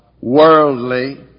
worldly